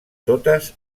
totes